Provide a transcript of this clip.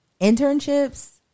internships